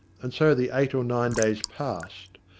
and so the eight or nine days passed,